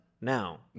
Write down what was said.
now